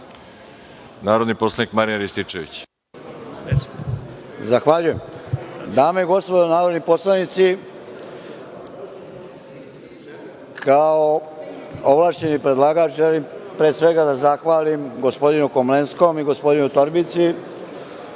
narodni poslanik Marijan Rističević.